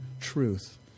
truth